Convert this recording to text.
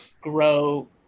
grow